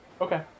Okay